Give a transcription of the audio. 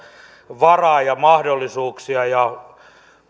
varaa ja mahdollisuuksia ja